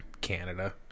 Canada